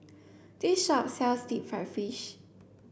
this shop sells deep fried fish